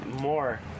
more